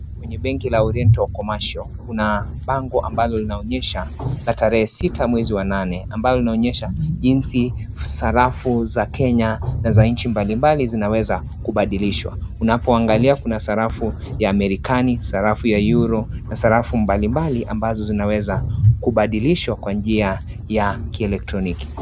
Kwenye benki ya Oriental commercial kuna bango ambalo linaonyesha tarehe sita mwezi wa nane ambalo linaonyesha jinsi sarafu za kenya na za nchi mbali mbali zinaweza kubadilishwa unapoangalia kuna sarafu ya amerikani sarafu ya euro na sarafu mbalimbali ambazo zinaweza kubadilishwa kwa njia ya kielektroniki.